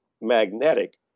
magnetic